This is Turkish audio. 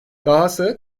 dahası